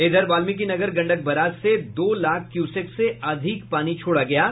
इधर वाल्मीकिनगर गंडक बराज से दो लाख क्यूसेक से अधिक पानी छोड़ा गया है